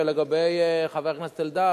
ולגבי חבר הכנסת אלדד,